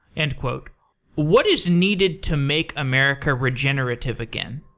and what is needed to make america regenerative again?